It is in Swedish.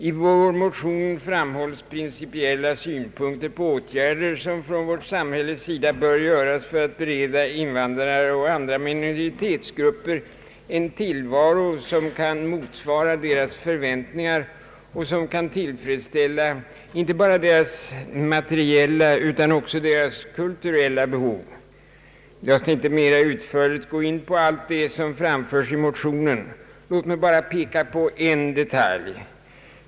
I vår motion 'framhålles principiella synpunkter på åtgärder som från vårt samhälles sida bör göras för att bereda invandrare och andra minoritetsgrupper en tillvaro som kan motsvara deras förväntningar och som kan tillfredsställa inte bara deras materiella utan också deras kulturella behov. Jag skali inte mera utförligt gå in på allt det som framförts i motionen. Låt mig bara peka på en detalj.